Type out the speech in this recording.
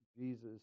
Jesus